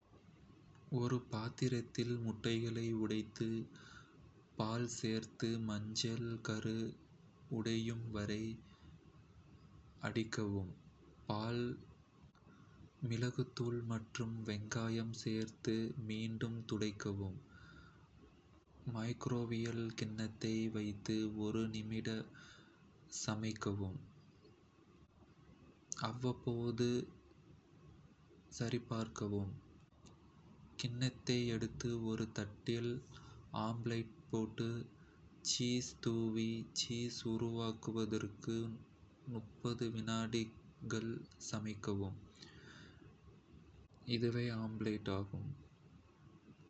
திசைகள் ஒரு பாத்திரத்தில் முட்டைகளை உடைத்து, பால் சேர்த்து, மஞ்சள் கரு உடையும் வரை அடிக்கவும். பால், மிளகுத்தூள் மற்றும் வெங்காயம் சேர்த்து மீண்டும் துடைக்கவும். மைக்ரோவேவில் கிண்ணத்தை வைத்து 1 நிமிடம் சமைக்கவும், அவ்வப்போது சரிபார்க்கவும். கிண்ணத்தை எடுத்து, ஒரு தட்டில் ஆம்லெட்டைப் போட்டு, சீஸ் தூவி, சீஸ் உருகுவதற்கு 30 விநாடிகள் சமைக்கவும். வெளியே எடுத்து மகிழுங்கள்